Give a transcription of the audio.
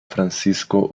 francisco